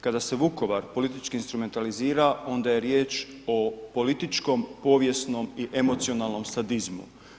Kada se Vukovar politički instrumentalizira onda je riječ o političkom, povijesnom i emocionalnom sadizmu.